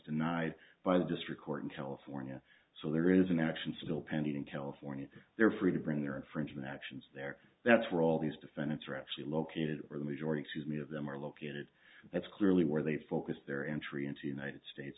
denied by the district court in california so there is an action still pending in california they're free to bring their infringement actions there that's where all these defendants are actually located where the majority excuse me of them are located that's clearly where they focus their entry into united states